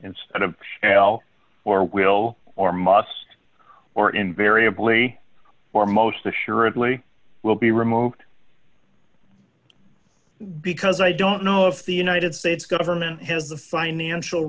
instead of shall or will or must or invariably or most assuredly will be removed because i don't know if the united states government has the financial